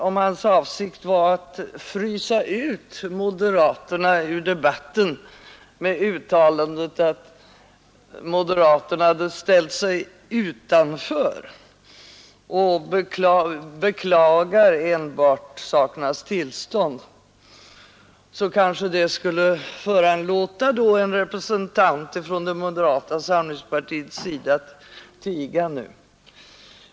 Om avsikten var att frysa ut moderaterna ur debatten med uttalandet att moderaterna hade ställt sig utanför och bara beklagar sakernas tillstånd, så kanske det kunde föranleda en representant för moderata samlingspartiet att nu tiga still.